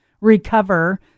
recover